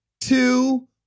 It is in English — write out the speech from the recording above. two